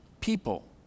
people